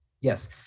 Yes